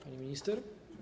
Pani Minister!